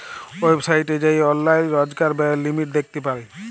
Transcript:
ওয়েবসাইটে যাঁয়ে অললাইল রজকার ব্যয়ের লিমিট দ্যাখতে পারি